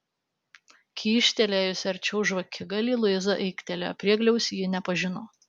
kyštelėjusi arčiau žvakigalį luiza aiktelėjo priegliaus ji nepažino